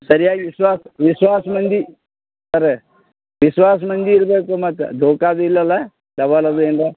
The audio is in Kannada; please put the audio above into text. ಸರಿಯಾಗಿ ವಿಶ್ವಾಸ ವಿಶ್ವಾಸ ಮಂದಿ ಖರೆ ವಿಶ್ವಾಸ ಮಂದಿ ಇರಬೇಕು ಮತ್ತೆ ದೊಕಾದು ಇಲ್ಲಲ್ಲ ದವಲದು ಏನರ